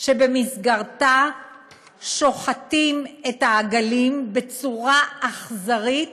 שבמסגרתה שוחטים את העגלים בצורה אכזרית